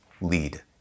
lead